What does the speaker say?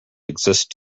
exist